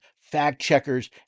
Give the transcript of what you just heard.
fact-checkers